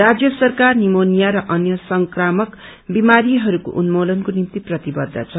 राज्य सरकार निमोनिया र अन्य संक्रामक बिमारीहरूको उन्मूलनको निम्ति प्रतिबद्ध छ